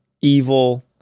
evil